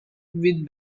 with